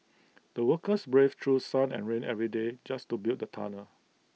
the workers braved through sun and rain every day just to build the tunnel